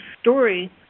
story